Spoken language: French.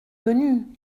venu